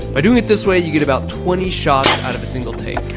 by doing it this way, you get about twenty shots out of a single tape.